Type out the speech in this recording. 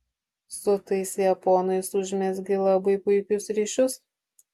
su tais japonais užmezgei labai puikius ryšius